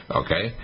okay